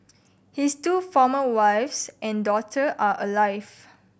his two former wives and daughter are alive